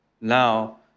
now